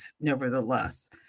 nevertheless